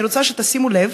אני רוצה שתשימו לב